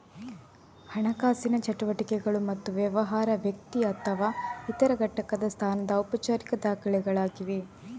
ಹಣಕಾಸಿನ ಚಟುವಟಿಕೆಗಳು ಮತ್ತು ವ್ಯವಹಾರ, ವ್ಯಕ್ತಿ ಅಥವಾ ಇತರ ಘಟಕದ ಸ್ಥಾನದ ಔಪಚಾರಿಕ ದಾಖಲೆಗಳಾಗಿವೆ